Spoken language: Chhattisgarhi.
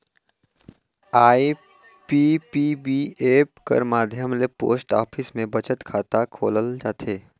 आई.पी.पी.बी ऐप कर माध्यम ले पोस्ट ऑफिस में बचत खाता खोलल जाथे